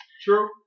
True